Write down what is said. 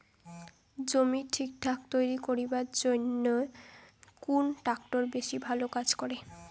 জমি ঠিকঠাক তৈরি করিবার জইন্যে কুন ট্রাক্টর বেশি ভালো কাজ করে?